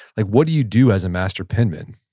like what do you do as a master penman?